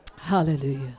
Hallelujah